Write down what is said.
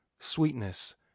Sweetness